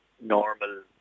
normal